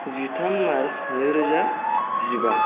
जिथाम मार्स नै रोजा जिबा